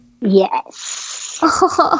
Yes